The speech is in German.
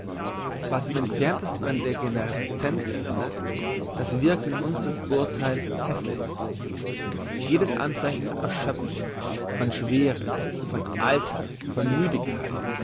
was im entferntesten an degenerescenz erinnert das wirkt in uns das urtheil hässlich jedes anzeichen von erschöpfung von schwere von alter von müdigkeit